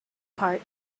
part